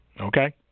okay